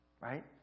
right